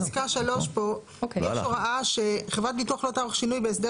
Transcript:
יש בפסקה (3) הוראה שחברת ביטוח לא תערוך שינוי בהסדר